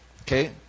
Okay